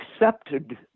accepted